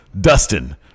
Dustin